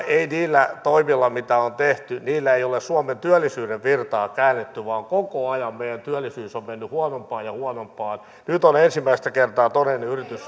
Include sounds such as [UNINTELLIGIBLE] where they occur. [UNINTELLIGIBLE] ei niillä toimilla mitä on tehty ole suomen työllisyyden virtaa käännetty vaan koko ajan meidän työllisyys on mennyt huonompaan ja huonompaan nyt on ensimmäistä kertaa todellinen yritys [UNINTELLIGIBLE]